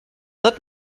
let